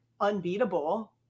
unbeatable